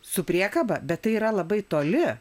su priekaba bet tai yra labai toli